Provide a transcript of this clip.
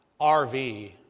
RV